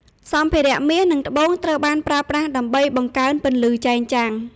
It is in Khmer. សម្ភារៈមាស និងត្បូងត្រូវបានប្រើប្រាស់ដើម្បីបង្កើនពន្លឺចែងចាំង។